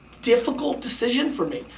difficult decision for me.